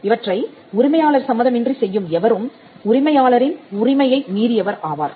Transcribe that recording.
இவற்றை உரிமையாளர் சம்மதமின்றி செய்யும் எவரும் உரிமையாளரின் உரிமையை மீறியவர் ஆவார்